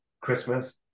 Christmas